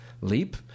leap